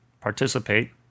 participate